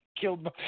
killed